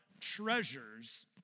treasures